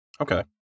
Okay